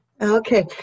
Okay